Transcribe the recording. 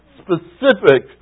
specific